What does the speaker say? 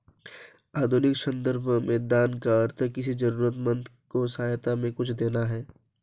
आधुनिक सन्दर्भों में दान का अर्थ किसी जरूरतमन्द को सहायता में कुछ देना है